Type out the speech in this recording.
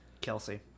kelsey